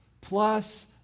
plus